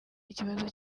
ikibazo